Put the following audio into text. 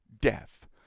death